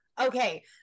Okay